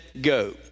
Go